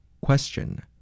Question